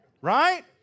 Right